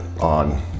on